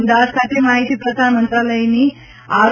અમદાવાદ ખાતે માહિતી પ્રસારણ મંત્રાલયની આર